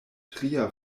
tria